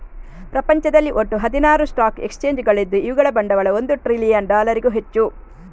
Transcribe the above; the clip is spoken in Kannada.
ಪ್ರಪಂಚದಲ್ಲಿ ಒಟ್ಟು ಹದಿನಾರು ಸ್ಟಾಕ್ ಎಕ್ಸ್ಚೇಂಜುಗಳಿದ್ದು ಇವುಗಳ ಬಂಡವಾಳ ಒಂದು ಟ್ರಿಲಿಯನ್ ಡಾಲರಿಗೂ ಹೆಚ್ಚು